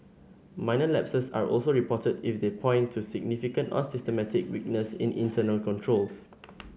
minor lapses are also reported if they point to significant or systemic weaknesses in internal controls